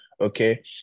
okay